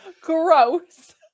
gross